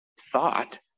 thought